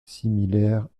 similaire